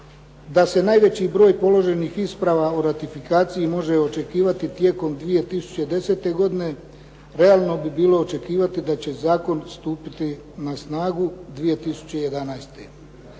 da se najveći broj položenih isprava o ratifikaciji može očekivati tijekom 2010. godine realno bi bilo očekivati da će zakon stupiti na snagu 2011. Sada